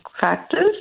factors